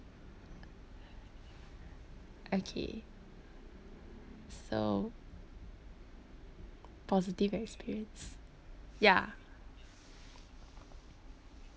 okay so positive experience ya